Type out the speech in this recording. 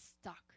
stuck